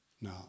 Now